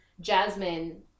jasmine